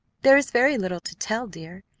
there is very little to tell, dear.